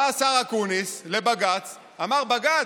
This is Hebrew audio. בא השר אקוניס לבג"ץ, אמר: בג"ץ,